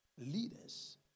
leaders